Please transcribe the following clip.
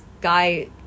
guy